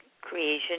creation